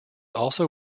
also